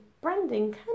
branding